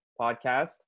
podcast